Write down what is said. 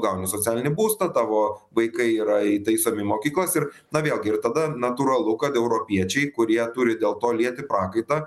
gauni socialinį būstą tavo vaikai yra įtaisomi į mokyklas ir na vėlgi ir tada natūralu kad europiečiai kurie turi dėl to lieti prakaitą